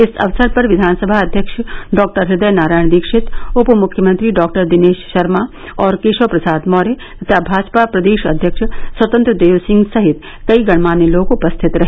इस अवसर पर विधानसभा अध्यक्ष डॉक्टर हृदय नारायण दीक्षित उपमुख्यमंत्री डॉक्टर दिनेश शर्मा और केशव प्रसाद मौर्य तथा भाजपा प्रदेश अध्यक्ष स्वतंत्र देव सिंह सहित कई गण्यमान्य लोग उपस्थित रहे